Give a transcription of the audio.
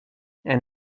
and